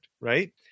right